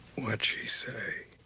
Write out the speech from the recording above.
what'd she say?